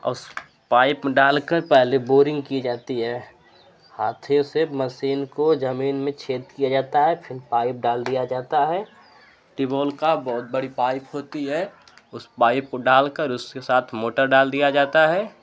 उस पाइप डाल कर पहले बोरिंग की जाती है हाथों से मसीन को जमीन में छेद किया जाता है फिर पाइप डाल दिया जाता है ट्यूबबेल का बहुत बड़ी पाइप होती है उस पाइप को डाल कर ऊसके साथ मोटर डाल दिया जाता है